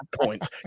points